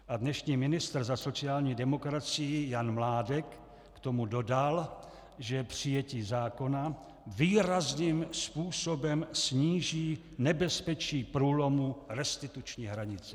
A dnešní ministr za sociální demokracii Jan Mládek k tomu dodal, že přijetí zákona výrazným způsobem sníží nebezpečí průlomu restituční hranice.